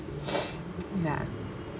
ya